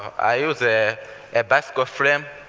i use a ah bicycle frame,